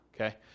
Okay